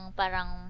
parang